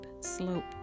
slope